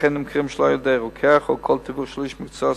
וכן נמכרים שלא על-ידי רוקח או כל תיווך של איש מקצוע,